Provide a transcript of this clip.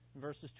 verses